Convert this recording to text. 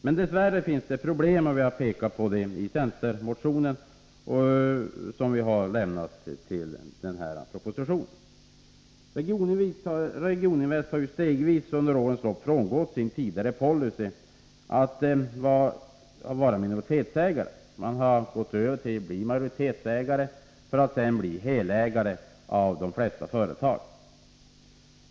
Men dess värre finns det problem, och vi har pekat på dessa i centermotionen i anledning av denna proposition. Regioninvest har stegvis under årens lopp frångått sin tidigare policy — att vara minoritetsägare. Man har gått över till att bli majoritetsägare, för att sedan bli helägare av de flesta företagen.